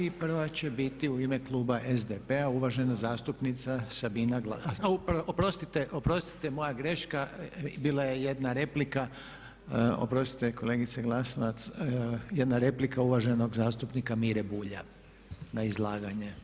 I prva će biti u ime Kluba SDP-a uvažena zastupnica, oprostite, oprostite moja greška bila je jedna replika, oprostite kolegice Glasovac, jedna replika uvaženog zastupnika Mire Bulja na izlaganje.